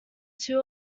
two